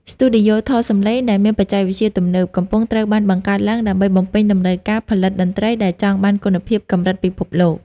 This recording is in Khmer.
ស្ទូឌីយោថតសម្លេងដែលមានបច្ចេកវិទ្យាទំនើប កំពុងត្រូវបានបង្កើតឡើងដើម្បីបំពេញតម្រូវការផលិតតន្ត្រីដែលចង់បានគុណភាពកម្រិតពិភពលោក។